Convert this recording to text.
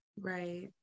Right